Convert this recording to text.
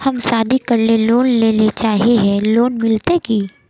हम शादी करले लोन लेले चाहे है लोन मिलते की?